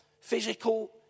physical